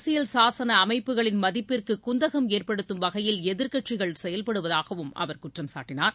அரசியல் சாசன அமைப்புகளின் மதிப்பிற்கு குந்தகம் ஏற்படுத்தும் வகையில் எதிர்க்கட்சிகள் செயல்படுவதாகவும் அவர் குற்றம் சாட்டினார்